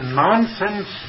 nonsense